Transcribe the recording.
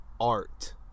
art